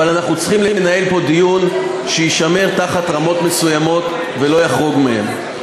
אבל אנחנו צריכים לנהל פה דיון שיישמר תחת רמות מסוימות ולא יחרוג מהן.